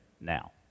now